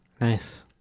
Nice